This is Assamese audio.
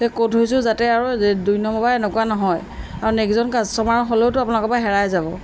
সেই কৈ থৈছো যাতে আৰু দুই নম্বৰবাৰ এনেকুৱা নহয় আৰু নেক্সটজন কাষ্ট'মাৰ হ'লেওতো আপোনালোকৰ পৰা হেৰাই যাব